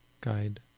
guide